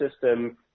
system